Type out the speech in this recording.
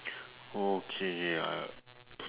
okay uh